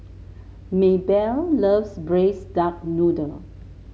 Maybelle loves Braised Duck Noodle